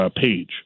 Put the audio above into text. page